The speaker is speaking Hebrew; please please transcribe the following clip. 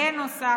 בנוסף,